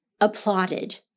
applauded